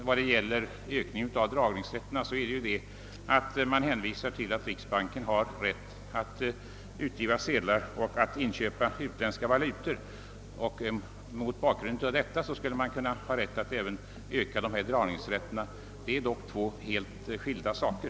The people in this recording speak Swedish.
När det gäller ökningen av dragningsrätterna hänvisas det till att riksbanken har rätt att utgiva sedlar och inköpa utländska valutor och att riksbanken mot bakgrunden härav borde få rätt att även fritt nyttja dragningsrätten. Det är dock två helt skilda saker.